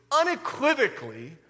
unequivocally